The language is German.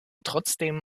trotzdem